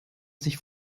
sich